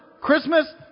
Christmas